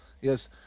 yes